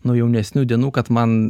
nuo jaunesnių dienų kad man